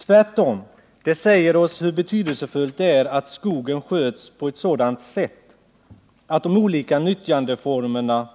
Tvärtom, det säger oss hur betydelsefullt det är att skogen sköts på ett sådant sätt att de olika nyttjandeformerna